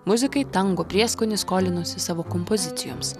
muzikai tango prieskonį skolinosi savo kompozicijoms